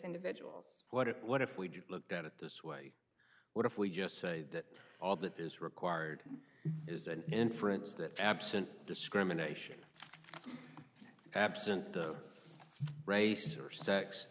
individuals what if what if we looked at it this way what if we just say that all that is required is an inference that absent discrimination absent the race or sex